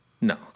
No